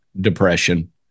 depression